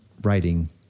writing